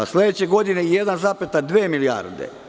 Sledeće godine 1,2 milijarde.